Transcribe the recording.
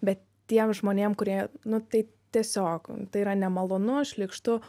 be tiem žmonėm kurie nu tai tiesiog tai yra nemalonu šlykštu